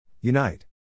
Unite